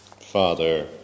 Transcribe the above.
Father